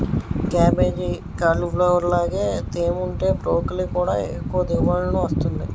cabbage, cauliflower లాగే తేముంటే broccoli కూడా ఎక్కువ దిగుబడినిస్తుంది